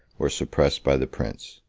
or suppressed by the prince.